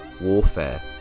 warfare